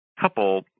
couple